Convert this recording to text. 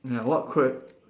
ya what que~